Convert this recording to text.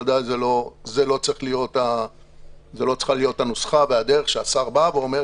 ודאי זאת לא צריכה להיות הנוסחה והדרך שהשר בא ואומר,